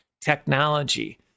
technology